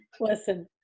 listen